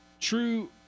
true